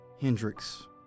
Hendrix